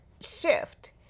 shift